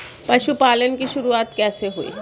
पशुपालन की शुरुआत कैसे हुई?